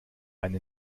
eine